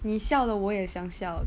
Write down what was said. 你笑了我也想笑